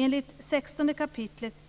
Enligt 16 kap.